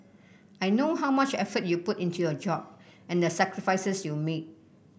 I know how much effort you put into your job and the sacrifices you make